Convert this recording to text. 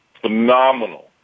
phenomenal